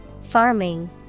Farming